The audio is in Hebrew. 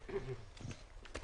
09:53.